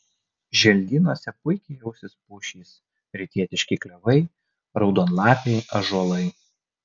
želdynuose puikiai jausis pušys rytietiški klevai raudonlapiai ąžuolai